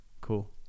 Cool